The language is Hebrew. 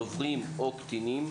דוברים או קטינים,